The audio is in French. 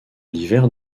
l’hiver